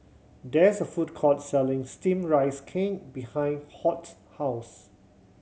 there's a food court selling Steamed Rice Cake behind Hoyt's house